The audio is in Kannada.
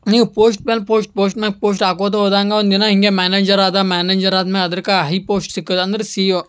ನೀವು ಪೋಶ್ಟ್ ಮೇಲೆ ಪೋಶ್ಟ್ ಪೋಶ್ಟ್ ಮೇಲೆ ಪೋಶ್ಟ್ ಹಾಕ್ಕೊಳ್ತ ಹೋದಂಗೆ ಒಂದು ದಿನ ಹೀಗೆ ಮ್ಯಾನೇಂಜರ್ ಆದೆ ಮ್ಯಾನೇಂಜರ್ ಆದ ಮೇಲೆ ಅದಕ್ಕ ಹೈ ಪೋಸ್ಟ್ ಸಿಕ್ಕಿದಂದ್ರ್ ಸಿ ಇ ಓ